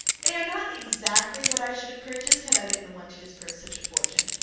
they are not exactly what i should have purchased had i been the one to disburse such a fortune,